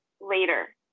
later